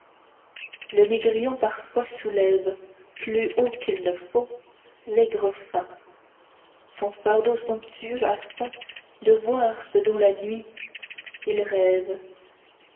le négrillon parfois soulève plus haut qu'il ne faut l'aigrefin son fardeau somptueux afin de voir ce dont la nuit il rêve